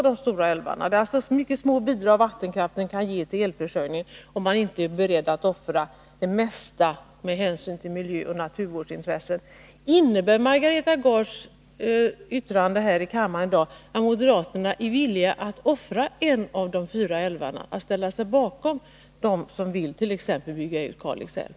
Det är alltså mycket små bidrag som vattenkraften kan ge till elförsörjningen, om man inte är beredd att offra det mesta med hänsyn till miljöoch naturvårdsintressena. Innebär Margareta Gards yttrande här i kammaren i dag att moderaterna är villiga att offra en av de fyra älvarna? Är ni beredda att ställa er bakom dem som vill bygga ut t.ex. Kalix älv?